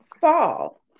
Fall